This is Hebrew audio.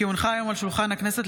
כי הונחה היום על שולחן הכנסת,